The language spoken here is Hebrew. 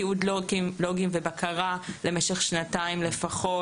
תיעוד לוגים ובקרה למשך שנתיים לפחות,